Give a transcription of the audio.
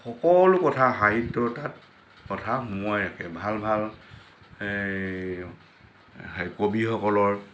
সকলো কথা সাহিত্য কথা সোমোৱাই ৰাখে কবিসকলৰ